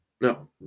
No